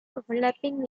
overlapping